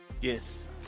Yes